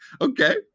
Okay